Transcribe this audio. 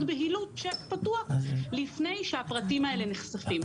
בהילות צ'ק פתוח לפני שהפרטים האלה נחשפים?